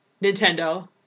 Nintendo